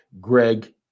Greg